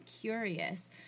curious